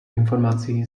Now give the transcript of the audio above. informací